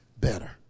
better